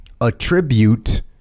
attribute